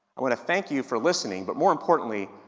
i want to thank you for listening, but more importantly,